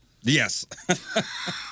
Yes